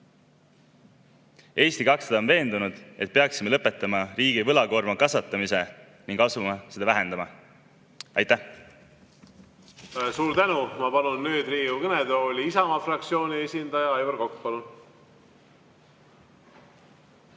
Eesti 200 on veendunud, et peaksime lõpetama riigi võlakoorma kasvatamise ning asuma seda vähendama. Aitäh! Suur tänu! Ma palun nüüd Riigikogu kõnetooli Isamaa fraktsiooni esindaja Aivar Koka.